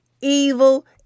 evil